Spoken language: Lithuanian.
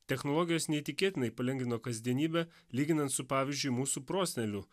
technologijos neįtikėtinai palengvino kasdienybę lyginant su pavyzdžiui mūsų prosenelių